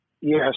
Yes